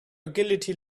agility